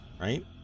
right